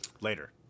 later